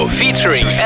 featuring